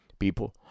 people